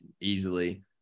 easily